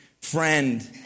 friend